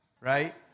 Right